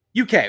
UK